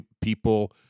people